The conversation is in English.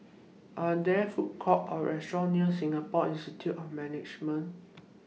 Are There Food Courts Or restaurants near Singapore Institute of Management